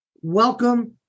welcome